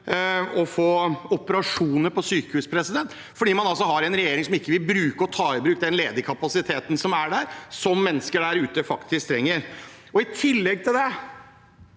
å få operasjoner på sykehus, for man har altså en regjering som ikke vil ta i bruk den ledige kapasiteten som er der, som mennesker der ute faktisk trenger. I tillegg til det